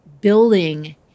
building